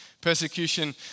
Persecution